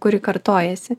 kuri kartojasi